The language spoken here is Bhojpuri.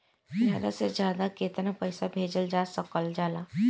ज्यादा से ज्यादा केताना पैसा भेजल जा सकल जाला?